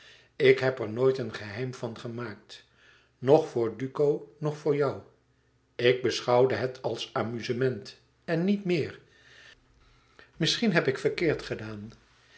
ik heb er nooit een geheim van gemaakt noch voor duco noch voor jou ik beschouwde het als amuzement en niet meer misschien heb ik verkeerd gedaan